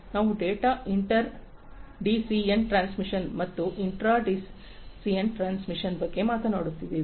ನಾವು data inter DCN transmission ಮತ್ತು intra DCN transmission ಬಗ್ಗೆ ಮಾತನಾಡುತ್ತಿದ್ದೇವೆ